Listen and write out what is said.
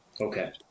Okay